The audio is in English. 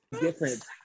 Different